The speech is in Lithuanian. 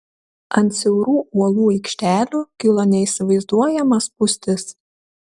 ant siaurų uolų aikštelių kilo neįsivaizduojama spūstis